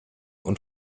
und